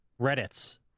Reddits